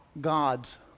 God's